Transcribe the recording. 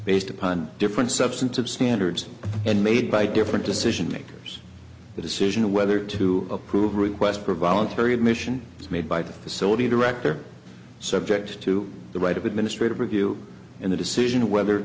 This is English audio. based upon different substantive standards and made by different decision makers the decision of whether to approve a request for voluntary admission is made by the facility director subject to the right of administrative review in the decision whether